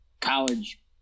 college